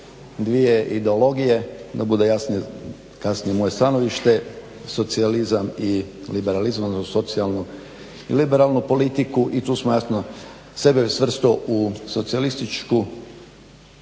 dvije ideologije da bude jasnije kasnije moje stanovište socijalizam i liberalizam, odnosno socijalnu i liberalnu politiku i tu smo jasno sebe svrstao u socijalističku,